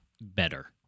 better